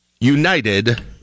United